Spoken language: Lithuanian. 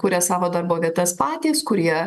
kuria savo darbo vietas patys kurie